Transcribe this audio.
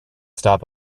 stop